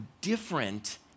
different